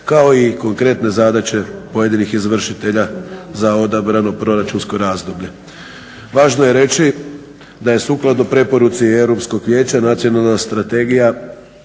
kao i konkretne zadaće pojedinih izvršitelja za odabrano proračunsko razdoblje. Važno je reći da je sukladno preporuci Europskog vijeća za izradu Nacionalne strategije